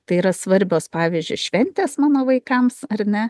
tai yra svarbios pavyzdžiui šventės mano vaikams ar ne